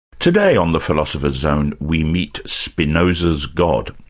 today on the philosopher's zone, we meet spinoza's god.